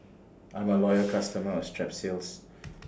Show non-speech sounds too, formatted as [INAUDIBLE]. I'm A Loyal customer of Strepsils [NOISE]